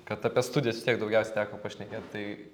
kad apie studijas vis tiek daugiausia teko pašnekėt tai